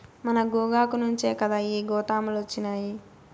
మన గోగాకు నుంచే కదా ఈ గోతాములొచ్చినాయి